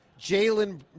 Jalen